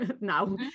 now